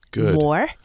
more